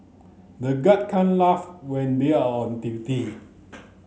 the guard can't laugh when they are on duty